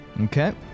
Okay